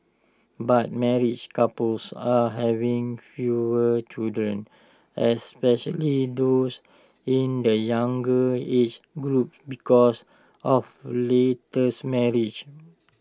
but married couples are having fewer children especially those in the younger age groups because of laters marriages